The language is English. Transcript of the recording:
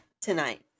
tonight